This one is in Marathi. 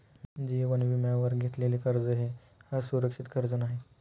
जीवन विम्यावर घेतलेले कर्ज हे असुरक्षित कर्ज नाही